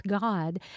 God